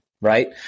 right